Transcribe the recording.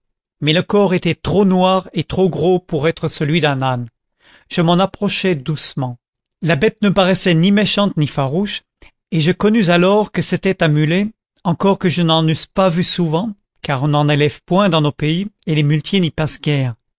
mais le corps était trop noir et trop gros pour être celui d'un âne je m'en approchai doucement la bête ne paraissait ni méchante ni farouche et je connus alors que c'était un mulet encore que je n'en eusse pas vu souvent car on n'en élève point dans nos pays et les